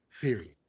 Period